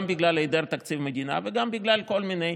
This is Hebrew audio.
גם בגלל היעדר תקציב מדינה וגם בגלל כל מיני